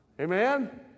Amen